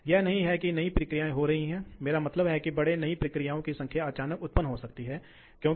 हम इसे कैसे बंद करते हैं ठीक है क्या मैं वापस जा सकता हूं